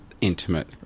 intimate